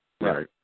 Right